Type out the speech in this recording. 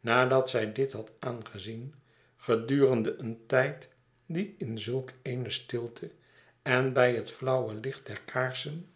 nadat zij dit had aangezien gedurende een tijd die in zulk eene stilte en bij het flauwe licht der kaarsen